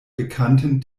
bekannten